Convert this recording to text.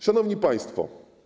Szanowni Państwo!